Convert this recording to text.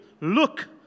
Look